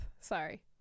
sorry